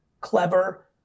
clever